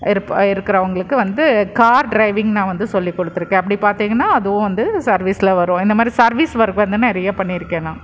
இருக்கிறவங்களுக்கு வந்து car driving நான் வந்து சொல்லிக்கொடுத்துருக்கேன் அப்படி பார்த்திங்கன்னா அதுவும் வந்து சர்வீஸில் வரும் இந்தமாதிரி சர்வீஸ் ஒர்க் வந்து நிறைய பண்ணியிருக்கேன் நான்